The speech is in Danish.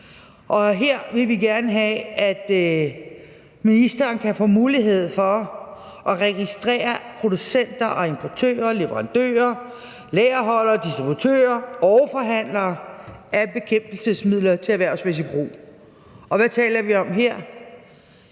og her vil vi gerne have, at ministeren kan få mulighed for at registrere producenter, importører, leverandører, lagerholdere, distributører og forhandlere af bekæmpelsesmidler til erhvervsmæssig brug. Og hvad taler vi om her?